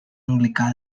anglicà